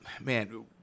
man